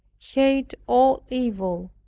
hate all evil,